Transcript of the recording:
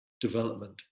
development